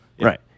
Right